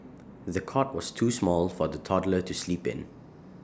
the cot was too small for the toddler to sleep in